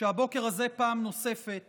שהבוקר הזה פעם נוספת